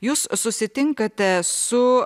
jūs susitinkate su